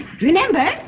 Remember